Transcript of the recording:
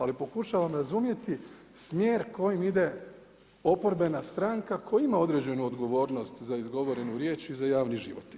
Ali pokušavam razumjeti smjer kojim ide oporbena stranka koja ima određenu odgovornost za izgovorenu riječ i za javni život.